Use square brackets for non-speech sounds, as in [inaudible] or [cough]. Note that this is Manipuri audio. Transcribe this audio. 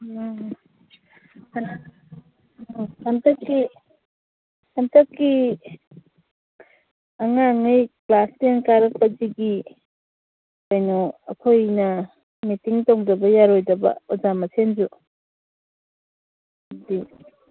ꯎꯝ ꯍꯟꯗꯛ ꯍꯟꯗꯛꯁꯤ ꯍꯟꯗꯛꯀꯤ ꯑꯉꯥꯡꯉꯩ ꯀ꯭ꯂꯥꯁ ꯇꯦꯟ ꯀꯥꯔꯛꯄꯁꯤꯒꯤ ꯀꯩꯅꯣ ꯑꯩꯈꯣꯏꯅ ꯃꯦꯇꯤꯡ ꯇꯧꯗꯕ ꯌꯥꯔꯣꯏꯗꯕ ꯑꯣꯖꯥ ꯃꯁꯦꯟꯁꯨ [unintelligible]